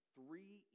three